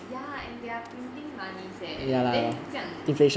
ya and they are printing money leh then 这样